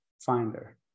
finder